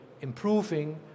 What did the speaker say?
improving